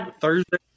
Thursday